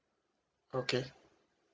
okay